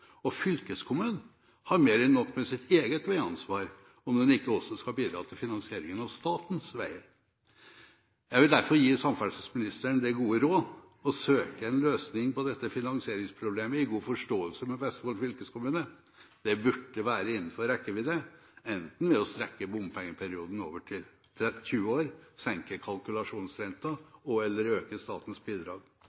og fylkeskommunen har mer enn nok med sitt eget veiansvar, om den ikke også skal bidra til å finansiere statens veier. Jeg vil derfor gi samferdselsministeren det gode råd å søke en løsning på dette finansieringsproblemet i god forståelse med Vestfold fylkeskommune. Det burde være innenfor rekkevidde ved å strekke bompengeperioden til 20 år, senke